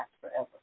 forever